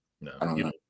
No